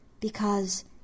because